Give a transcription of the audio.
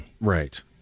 Right